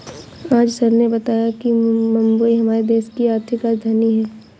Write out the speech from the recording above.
आज सर ने बताया कि मुंबई हमारे देश की आर्थिक राजधानी है